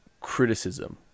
criticism